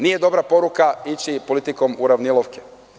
Nije dobra poruka ići politikom uravnilovke.